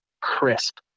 crisp